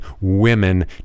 women